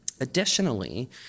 Additionally